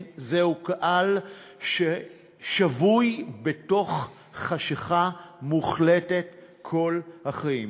זה קהל ששבוי בתוך חשכה מוחלטת כל החיים.